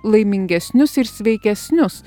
laimingesnius ir sveikesnius